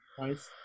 Nice